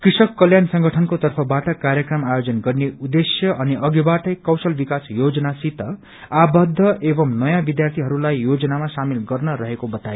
कृष्क कल्याण संगठनको तर्फबाट कार्यक्रम आयोजन गर्ने उद्धेश्य अनि अधिबाटै कौशल विकास योजनासित आवदु एव नयोँ विध्यार्थीहरूलाई योजनामा शामेल गर्न रहेको बताए